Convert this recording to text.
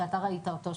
שאתה ראית אותו,